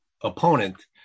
opponent